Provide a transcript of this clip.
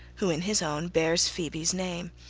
who in his own bears phoebe's name.